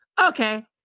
Okay